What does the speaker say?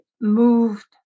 moved